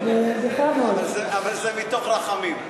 אבל זה מתוך רחמים.